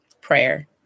Prayer